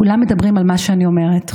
כולם מדברים על מה שאני אומרת,